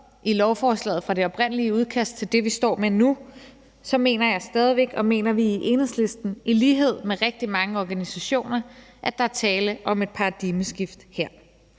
i lovforslaget fra det oprindelige udkast til det, vi står med nu, mener jeg stadig væk, og det mener vi også i Enhedslisten i lighed med rigtig mange organisationer, at der er tale om et paradigmeskifte her.